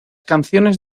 canciones